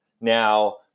Now